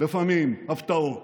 לפעמים הפתעות.